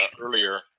earlier